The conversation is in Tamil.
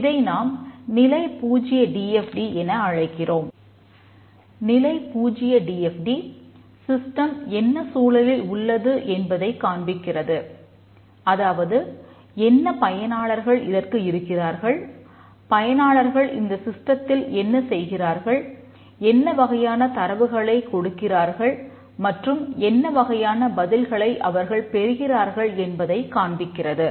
நிலை 0 டி எஃப் டி என்ன செய்கிறார்கள் என்ன வகையான தரவுகளை கொடுக்கிறார்கள் மற்றும் என்ன வகையான பதில்களை அவர்கள் பெறுகிறார்கள் என்பதைக் காண்பிக்கிறது